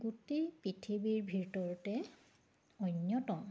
গোটেই পৃথিৱীৰ ভিতৰতে অন্যতম